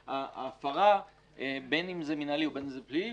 שלנו הן החקירות שאנחנו מנהלים בשנים האלה